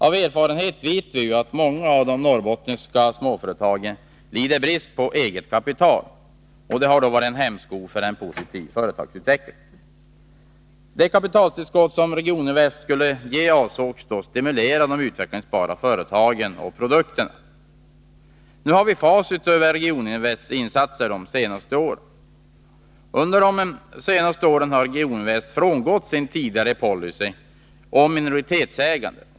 Av erfarenhet vet vi att många av de norrbottniska småföretagen lider brist på eget kapital. Detta har varit en hämsko för en positiv företagsutveckling. Det kapitaltillskott som Regioninvest skulle ge, avsågs stimulera de utvecklingsbara företagen och produkterna. Nu föreligger facit över Regioninvests insatser under de senaste åren. Under de senaste åren har Regioninvest frångått sin tidigare policy när det gäller minoritetsägande.